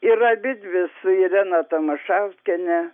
ir abidvi su irena tamašauskiene